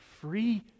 free